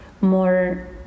more